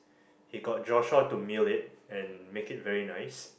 he got Joshua to mill it and make it very nice